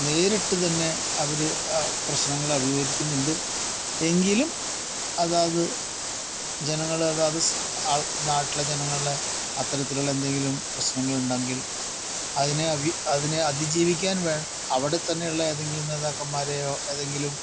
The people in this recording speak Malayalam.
നേരിട്ട് തന്നെ അവര് പ്രശ്നങ്ങൾ അഭിമുഖികരിക്കുന്നുണ്ട് എങ്കിലും അതാത് ജനങ്ങള് അതാത് നാട്ടിലെ ജനങ്ങളെ അത്തരത്തിലുള്ള എന്തെങ്കിലും പ്രശ്നങ്ങൾ ഉണ്ടെങ്കിൽ അതിനെ അതിനെ അതിജീവിക്കാൻ വേണ്ട അവിടത്തെന്നെയുള്ള ഏതെങ്കിലും നേതാക്കൻമാരെയോ ഏതെങ്കിലും